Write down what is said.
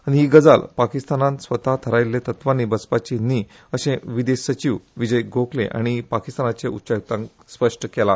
आनी ही गजाल पाकिस्तानान स्वता थारायल्ले तत्वानी बसपाची न्हीय अशे विदेश सचिव विजय गोखले हाणी पाकिस्तानाचे उच्चायुक्तान स्पष्ट केले